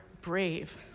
brave